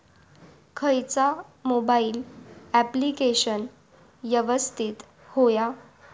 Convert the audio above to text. खयचा mobile application यवस्तित होया?